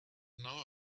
know